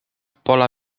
pola